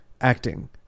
acting